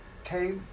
Okay